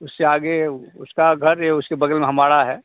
उससे आगे ऊ उसका घर है उसके बग़ल में हमारा है